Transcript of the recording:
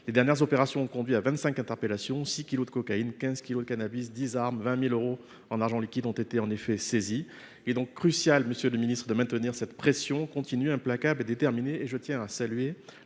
Les dernières opérations ont conduit à vingt cinq interpellations. Par ailleurs, 6 kilos de cocaïne, 15 kilos de cannabis, 10 armes et 20 000 euros en argent liquide ont été saisis. Il est donc crucial, monsieur le ministre, de maintenir cette pression continue, implacable et déterminée. Je tiens à saluer